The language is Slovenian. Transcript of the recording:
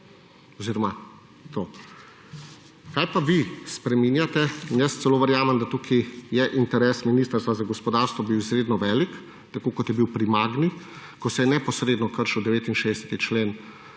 Kaj pa vi spreminjate in jaz celo verjamem, da tukaj je interes Ministrstva za gospodarstvo bil izredno velik, tako kot je bil pri Magni, ko se je neposredno kršil 69. člen